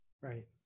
Right